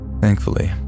Thankfully